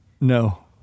no